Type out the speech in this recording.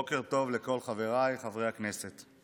בוקר טוב לכל חבריי חברי הכנסת.